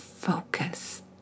focus